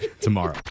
tomorrow